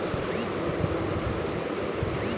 ফিন্যান্সের লিগে লোকের লিগে যে সব সার্ভিস থাকতিছে